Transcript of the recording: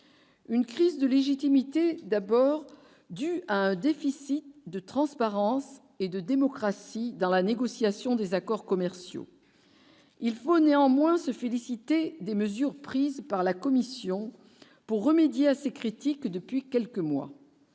une crise de légitimité d'abord dû à un déficit de transparence et de démocratie dans la négociation des accords commerciaux, il faut néanmoins se féliciter des mesures prises par la Commission pour remédier à ces critiques depuis quelques mois,